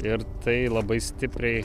ir tai labai stipriai